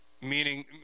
meaning